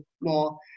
more